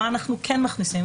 מה אנחנו כן מכניסים,